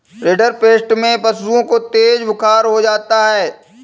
rinderpest में पशुओं को तेज बुखार हो जाता है